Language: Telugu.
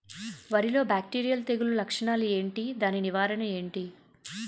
వరి లో బ్యాక్టీరియల్ తెగులు లక్షణాలు ఏంటి? దాని నివారణ ఏంటి?